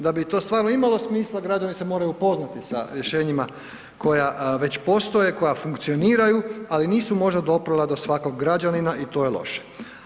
Da bi to stvarno imalo smisla građani se moraju upoznati sa rješenjima koja već postoje, koja funkcioniraju, ali nisu možda doprla do svakog građanina i to je loše.